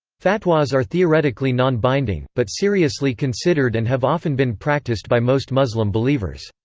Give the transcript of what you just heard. fatwas are theoretically non-binding, but seriously considered and have often been practiced by most muslim believers.